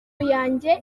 yanjye